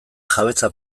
jabetza